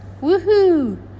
Woohoo